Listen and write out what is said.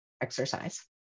exercise